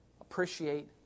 appreciate